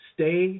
Stay